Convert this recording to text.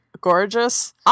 gorgeous